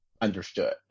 understood